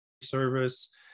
service